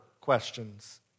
questions